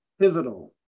pivotal